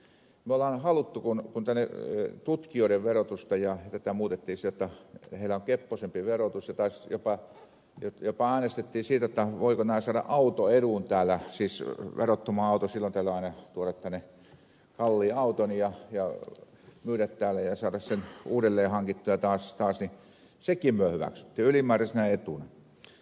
me olemme halunneet muuttaa tutkijoiden verotusta sitä muutettiin sillä tavalla jotta heillä on keppoisempi verotus ja jopa äänestettiin siitä että voivatko nämä saada autoedun täällä siis verottoman auton silloin tällöin aina tuoda tänne halliin auton ja myydä täällä ja saada sen uudelleen hankittua taas ja senkin me hyväksyimme ylimääräisenä etuna